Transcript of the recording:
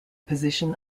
position